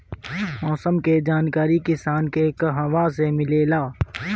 मौसम के जानकारी किसान के कहवा से मिलेला?